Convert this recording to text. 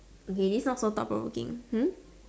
okay this not so thought provoking hmm